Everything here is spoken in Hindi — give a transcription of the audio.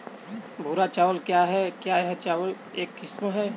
भूरा चावल क्या है? क्या यह चावल की एक किस्म है?